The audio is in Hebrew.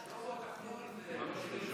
שלמה, תחזור על זה.